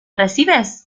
recibes